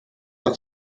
that